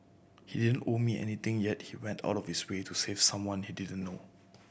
he didn't owe me anything yet he went out of his way to save someone he didn't know